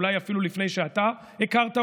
אולי אפילו לפני שאתה הכרת,